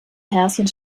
persien